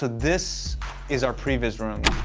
this is our previs room.